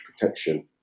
protection